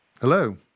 Hello